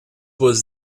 was